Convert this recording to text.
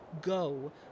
Go